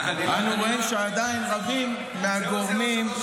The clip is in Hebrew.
אנו רואים שעדיין רבים מהגורמים,